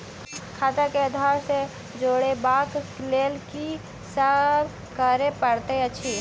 खाता केँ आधार सँ जोड़ेबाक लेल की सब करै पड़तै अछि?